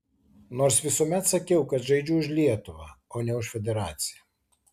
nors visuomet sakiau kad žaidžiu už lietuvą o ne už federaciją